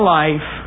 life